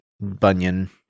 Bunyan